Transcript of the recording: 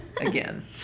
again